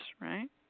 right